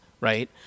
right